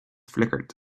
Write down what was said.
flickered